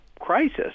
crisis